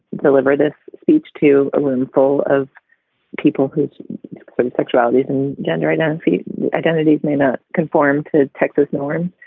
deliver this speech to a roomful of people whose sexuality and gender identity identities may not conform to texas norms.